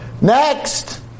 Next